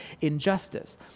injustice